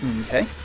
okay